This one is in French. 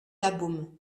labeaume